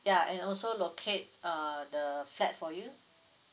ya and also locate uh the flat for you